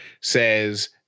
says